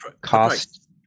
cost